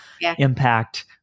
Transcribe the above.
impact